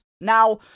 Now